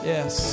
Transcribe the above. Yes